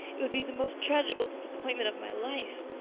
it would be the most tragical disappointment of my life.